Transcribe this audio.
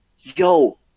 yo